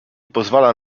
pozwala